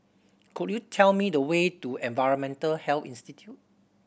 could you tell me the way to Environmental Health Institute